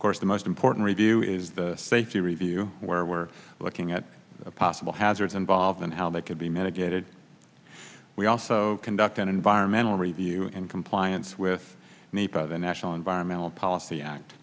of course the most important review is the safety review where we're looking at possible hazards involved and how that could be mitigated we also conduct an environmental review in compliance with the by the national environmental policy act